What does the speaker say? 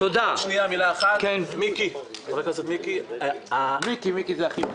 חבר הכנסת מיקי לוי,